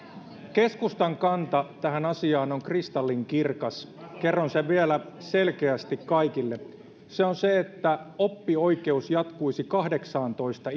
keskustan kanta tähän asiaan on kristallinkirkas ja kerron sen vielä selkeästi kaikille se on se että oppioikeus jatkuisi kahdeksaantoista